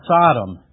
Sodom